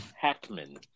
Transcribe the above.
Hackman